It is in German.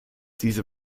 diese